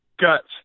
guts